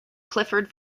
clifford